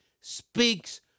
speaks